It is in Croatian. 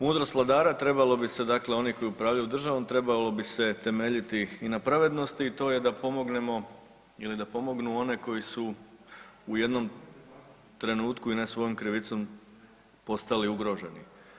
Mudrost vladara trebalo bi se dakle oni koji upravljaju državi, trebalo bi se temeljiti i na pravednosti i to je da pomognemo ili da pomognu one koji su u jednom trenutku i ne svojom krivicom postali ugroženi.